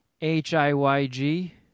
h-i-y-g